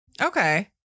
Okay